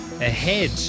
ahead